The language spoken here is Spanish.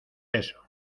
eso